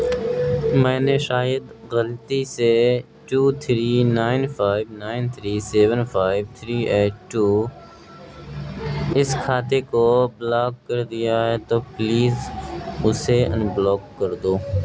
میں نے شاید غلطی سے two three nine five nine three seven five three eight two اس کھاتے کو بلاک کر دیا ہے تو پلیز اسے انبلاک کر دو